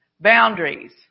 boundaries